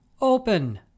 OPEN